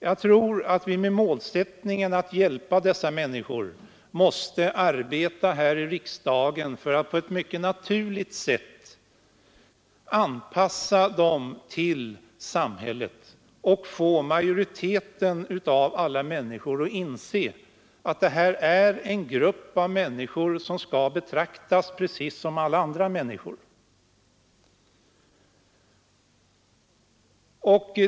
Jag tror att vi med målsättningen att hjälpa dessa människor måste arbeta här i riksdagen för att på ett mycket naturligt sätt anpassa dem till samhället och få majoriteten av medborgarna att inse att det här är en grupp som skall betraktas precis som alla andra människor.